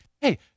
hey